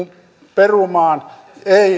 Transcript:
perumaan